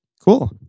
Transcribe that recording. Cool